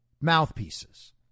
mouthpieces